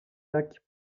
lac